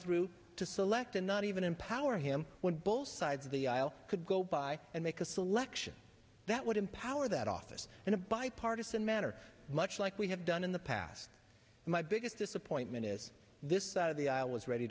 through to select and not even empower him when both sides of the aisle could go by and make a selection that would empower that office in a bipartisan manner much like we have done in the past my biggest disappointment is this that of the i was ready